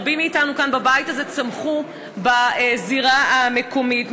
רבים מאתנו כאן בבית הזה צמחו בזירה המקומית,